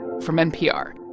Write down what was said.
from npr